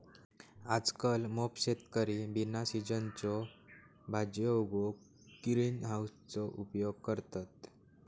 आजकल मोप शेतकरी बिना सिझनच्यो भाजीयो उगवूक ग्रीन हाउसचो उपयोग करतत